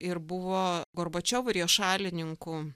ir buvo gorbačiovo ir jo šalininkų